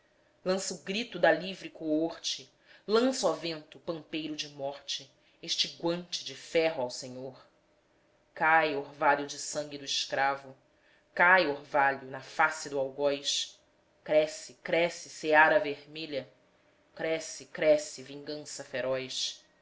lança o grito da livre coorte lança ó vento pampeiro de morte este guante de ferro ao senhor cai orvalho de sangue do escravo cai orvalho na face do algoz cresce cresce seara vermelha cresce cresce vingança feroz